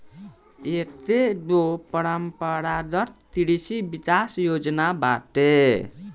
एकेगो परम्परागत कृषि विकास योजना बाटे